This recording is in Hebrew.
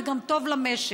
וגם טוב למשק.